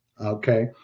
Okay